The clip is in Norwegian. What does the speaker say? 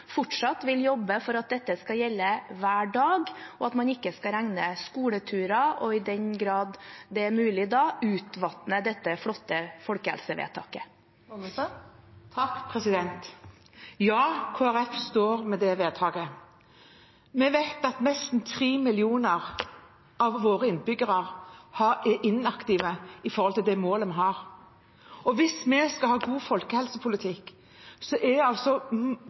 Vil Kristelig Folkeparti fortsatt jobbe for at dette skal gjelde hver dag, og at man ikke skal regne inn skoleturer og – i den grad det er mulig – utvanne dette flotte folkehelsevedtaket? Ja, Kristelig Folkeparti står ved det vedtaket. Vi vet at nesten tre millioner av våre innbyggere er inaktive i forhold til det målet vi har, og 300 000 av dem er våre barn. Dette er